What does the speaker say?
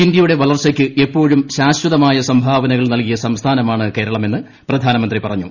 ഇന്ത്യയുടെ വളർച്ചയ്ക്ക് എപ്പോഴും ശാശ്വതമായ സംഭാവനകൾ നൽകിയ സംസ്ഥാനമാണ് കേരളമെന്ന് പ്രധാനമന്ത്രി പറഞ്ഞു